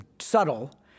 subtle